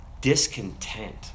discontent